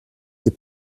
des